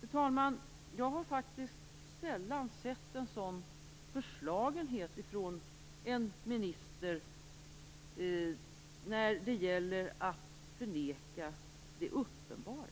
Fru talman! Jag har faktiskt sällan sett en sådan förslagenhet från en minister när det gäller att förneka det uppenbara.